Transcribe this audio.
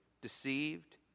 deceived